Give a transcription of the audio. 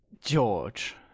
George